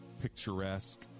picturesque